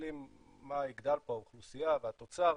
ומסתכלים מה יגדל באוכלוסייה והתוצר,